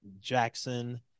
Jackson